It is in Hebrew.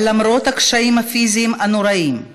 אבל למרות הקשיים הפיזיים הנוראיים,